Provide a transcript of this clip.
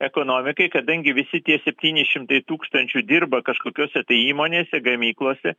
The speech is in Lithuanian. ekonomikai kadangi visi tie septyni šimtai tūkstančių dirba kažkokiose įmonėse gamyklose